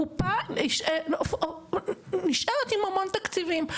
הקופה נשארת עם המון תקציבים.